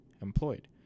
employed